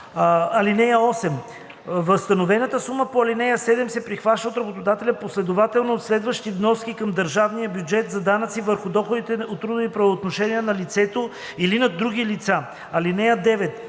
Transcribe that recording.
нула. (8) Възстановената сума по ал. 7 се прихваща от работодателя последователно от следващи вноски към държавния бюджет за данъци върху доходите от трудови правоотношения на лицето или на други лица. (9)